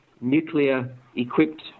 nuclear-equipped